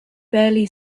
barely